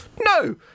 No